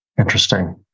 Interesting